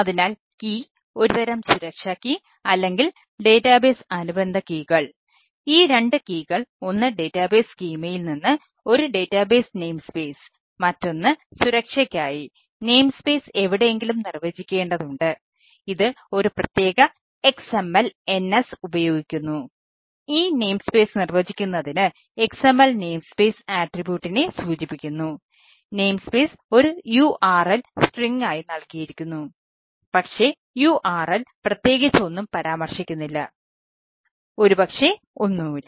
അതിനാൽ കീ നൽകിയിരിക്കുന്നു പക്ഷേ URL പ്രത്യേകിച്ച് ഒന്നും പരാമർശിക്കുന്നില്ല ഒരുപക്ഷേ ഒന്നും ഇല്ല